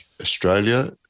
Australia